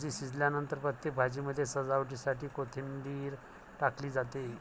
भाजी शिजल्यानंतर प्रत्येक भाजीमध्ये सजावटीसाठी कोथिंबीर टाकली जाते